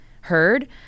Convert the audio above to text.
heard